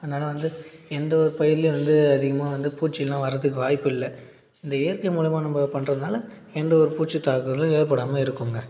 அதனால வந்து எந்த ஒரு பயிரேலியும் வந்து அதிகமாக வந்து பூச்சிலான் வரதுக்கு வாய்ப்பு இல்லை இந்த இயற்கை மூலமா நம்ப பண்றதுனால் எந்த ஒரு பூச்சி தாக்குதலும் ஏற்படாமல் இருக்குங்க